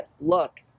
look